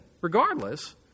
Regardless